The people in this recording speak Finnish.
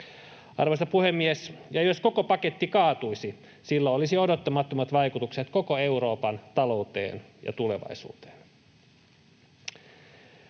Arvoisa puhemies! Jos koko paketti kaatuisi, sillä olisi odottamattomat vaikutukset koko Euroopan talouteen ja tulevaisuuteen.